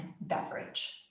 beverage